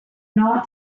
not